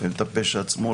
לפעמים את הפשע עצמו,